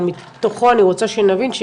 אבל מתוכו אני רוצה שנבין,